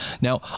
now